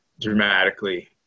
dramatically